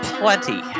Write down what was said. plenty